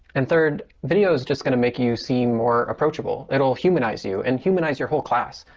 and third video is just going to make you seem more approachable. it will humanize you and humanize your whole class.